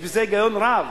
יש בזה היגיון רב,